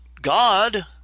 God